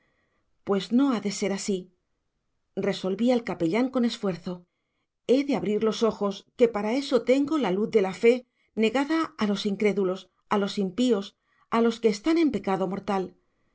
pues no ha de ser así resolvía el capellán con esfuerzo he de abrir los ojos que para eso tengo la luz de la fe negada a los incrédulos a los impíos a los que están en pecado mortal